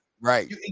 right